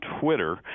Twitter